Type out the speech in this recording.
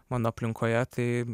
mano aplinkoje tai